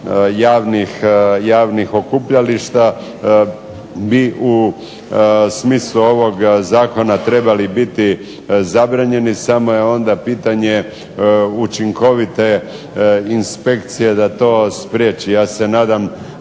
javnih okupljališta, bi u smislu ovoga zakona trebali biti zabranjeni, samo je pitanje učinkovite inspekcije da to spriječi. Ja se nadam